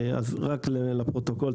רק לפרוטוקול,